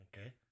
Okay